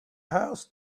house